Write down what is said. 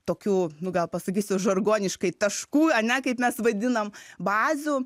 tokių nu gal pasakysiu žargoniškai taškų ane kaip mes vadinam bazių